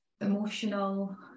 emotional